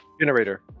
Generator